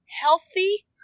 Healthy